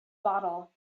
bottle